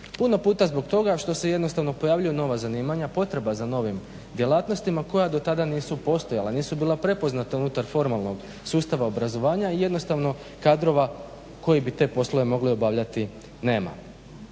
puno puta zbog toga što se jednostavno pojavljuju nova zanimanja potreba za novim djelatnostima koja do tada nisu postojala nisu bila prepoznata unutar formalnog sustava obrazovanja i jednostavno kadrova koji bi te poslove mogli obavljati nema.